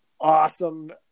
awesome